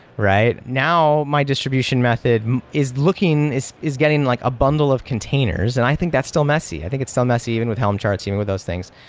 now, my distribution method is looking is is getting like a bundle of containers, and i think that's still messy. i think it's still messy even with helm charts, even with those things,